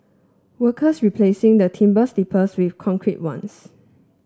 workers replacing the timber sleepers with concrete ones